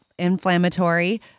inflammatory